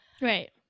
Right